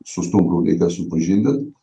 su stumbru reikia supažindint